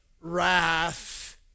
wrath